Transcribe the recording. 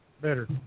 better